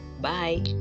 Bye